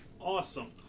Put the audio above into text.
awesome